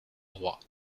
droit